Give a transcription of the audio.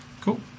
Cool